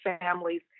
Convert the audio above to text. families